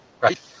right